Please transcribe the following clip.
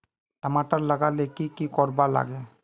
टमाटर लगा ले की की कोर वा लागे?